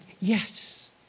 Yes